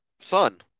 son